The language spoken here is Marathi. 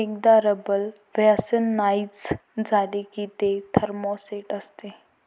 एकदा रबर व्हल्कनाइझ झाले की ते थर्मोसेट असते